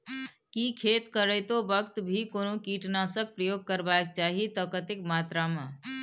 की खेत करैतो वक्त भी कोनो कीटनासक प्रयोग करबाक चाही त कतेक मात्रा में?